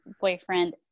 boyfriend